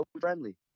friendly